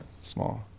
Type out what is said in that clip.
small